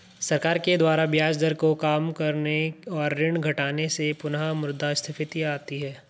सरकार के द्वारा ब्याज दर को काम करने और ऋण घटाने से पुनःमुद्रस्फीति आती है